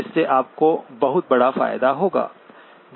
जिससे आपको बहुत बड़ा फायदा होता है